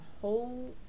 whole